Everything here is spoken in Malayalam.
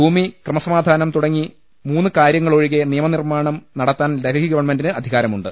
ഭൂമി ക്രമസമാധാനം തുടങ്ങി മൂന്ന് കാര്യങ്ങളൊഴികെ നിയമനിർമ്മാണം നടത്താൻ ഡൽഹി ഗവൺമെന്റിന് അധികാരമുണ്ട്